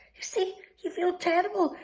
you see? you feel terrible.